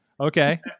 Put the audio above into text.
Okay